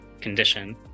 condition